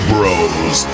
Bros